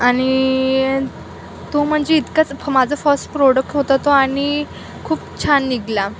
आणि तो म्हणजे इतकाच माझा फस्ट प्रोडक्ट होता तो आणि खूप छान निघाला